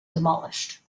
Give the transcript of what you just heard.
demolished